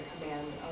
command